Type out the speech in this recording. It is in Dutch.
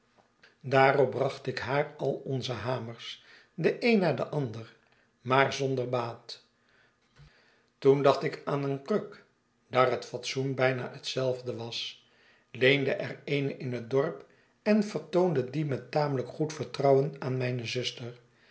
daarop bracht ik haar al onze hamers den een na den ander maar zonder baat toen dacht ik aan eene kruk daar het fatsoen bijna hetzelfde was leende er eene in het dorp en vertoonde die met tamelijk goed vertrouwen aan mijne zuster